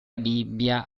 bibbia